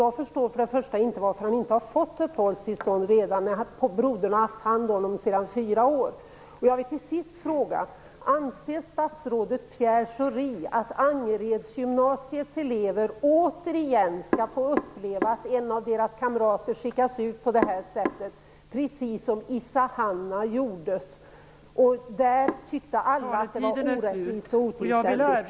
Jag förstår till att börja med inte varför pojken inte redan har fått uppehållstillstånd. Brodern har haft hand om honom sedan han var fyra år. Schori att Angeredsgymnasiets elever återigen skall få uppleva att en av deras kamrater skickas ut på det här sättet, precis som skedde i fråga om Issa Hanna? Det tyckte alla var orättvist och otillständigt.